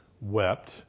wept